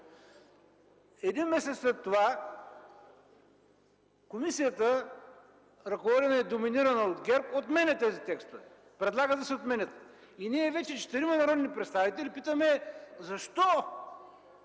Един месец след това комисията, ръководена и доминирана от ГЕРБ, отменя текстовете. Предлага да се отменят и ние четирима народни представители питаме: защо?!